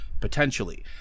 potentially